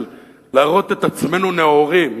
של להראות את עצמנו נאורים.